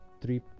three